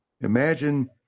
Imagine